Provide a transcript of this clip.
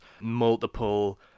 multiple